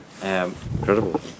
Incredible